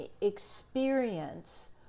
experience